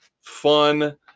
fun